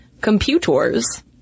Computers